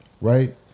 right